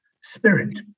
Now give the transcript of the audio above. spirit